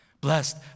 Blessed